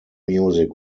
music